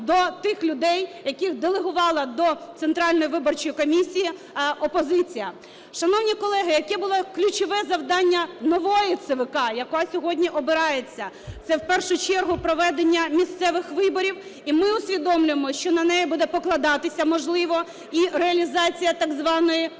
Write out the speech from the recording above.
до тих людей, яких делегувала до Центральної виборчої комісії опозиція. Шановні колеги, яке було ключове завдання нової ЦВК, яка сьогодні обирається? Це в першу чергу проведення місцевих виборів, і ми усвідомлюємо, що на неї буде покладатися, можливо, і реалізація так званої "формули